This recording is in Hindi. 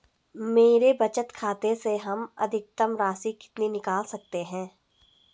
मेरे बचत खाते से हम अधिकतम राशि कितनी निकाल सकते हैं?